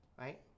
right